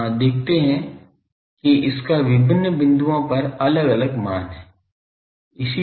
तो आप पर देखते हैं कि इसका विभिन्न बिंदुओं पर अलग अलग मान है